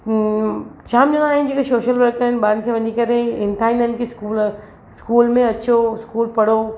जाम ॼणा आहिनि जेके शोशल वर्कर आहिनि ॿारनि खे वञी करे हिमथाईंदा आहिनि की स्कूल स्कूल में अचो स्कूल पढ़ो